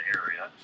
area